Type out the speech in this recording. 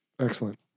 excellent